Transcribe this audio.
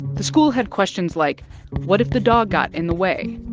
the school had questions like what if the dog got in the way?